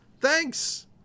thanks